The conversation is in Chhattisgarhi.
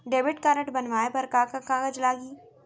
डेबिट कारड बनवाये बर का का कागज लागही?